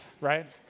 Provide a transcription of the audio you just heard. right